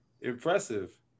Impressive